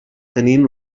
tenint